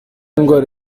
indwara